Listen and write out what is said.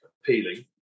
appealing